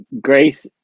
Grace